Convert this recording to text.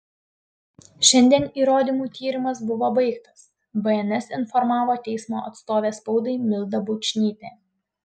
šiandien įrodymų tyrimas buvo baigtas bns informavo teismo atstovė spaudai milda bučnytė